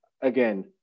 Again